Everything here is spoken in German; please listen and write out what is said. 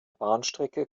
bahnstrecke